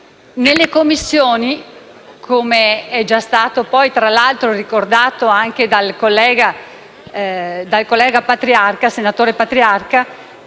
Nelle Commissioni, come è già stato tra l'altro ricordato anche dal collega senatore Patriarca,